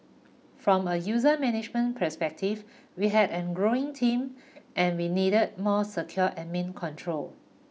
from a user management perspective we had an growing team and we needed more secure Admin Control